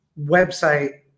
website